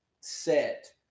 set